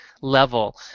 level